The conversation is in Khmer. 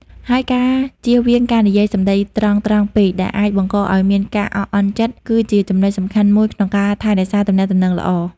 ហើយការជៀសវាងការនិយាយសំដីត្រង់ៗពេកដែលអាចបង្កឲ្យមានការអាក់អន់ចិត្ត គឺជាចំណុចសំខាន់មួយក្នុងការថែរក្សាទំនាក់ទំនងល្អ។